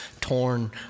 torn